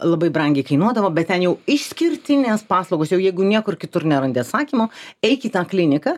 labai brangiai kainuodavo bet ten jau išskirtinės paslaugos jau jeigu niekur kitur nerandi asakymo eik į tą kliniką